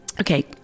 Okay